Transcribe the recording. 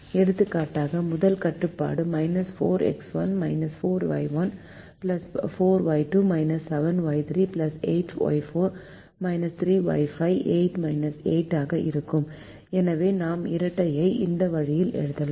எடுத்துக்காட்டாக முதல் கட்டுப்பாடு 4X1 4Y1 4Y2 7Y3 8Y4 3Y5 8 8 ஆக இருக்கும் எனவே நாம் இரட்டையை இந்த வழியில் எழுதலாம்